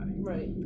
Right